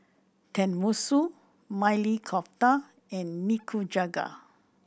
Tenmusu Maili Kofta and Nikujaga